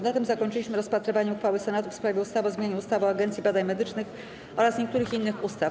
Na tym zakończyliśmy rozpatrywanie uchwały Senatu w sprawie ustawy o zmianie ustawy o Agencji Badań Medycznych oraz niektórych innych ustaw.